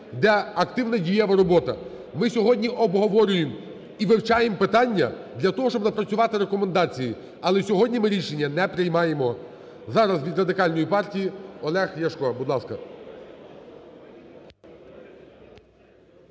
де активна і дієва робота. Ми сьогодні обговорюємо і вивчаєм питання для того, щоб напрацювати рекомендації, але сьогодні ми рішення не приймаємо. Зараз від Радикальної партії Олег Ляшко. Будь ласка.